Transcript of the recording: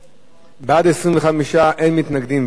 בעד, 25, אין מתנגדים ואין נמנעים.